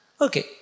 Okay